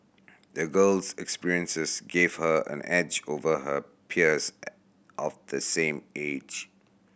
the girl's experiences gave her an edge over her peers of the same age